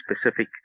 specific